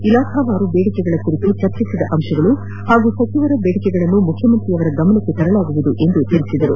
ಇಲಾಖಾವಾರು ಬೇಡಿಕೆಗಳ ಕುರಿತು ಚರ್ಚಿಸಿದ ಅಂಶಗಳು ಹಾಗೂ ಸಚಿವರ ಬೇಡಿಕೆಗಳನ್ನು ಮುಖ್ಣಮಂತ್ರಿಯವರ ಗಮನಕ್ಕೆ ತರಲಾಗುವುದು ಎಂದು ಅವರು ತಿಳಿಸಿದರು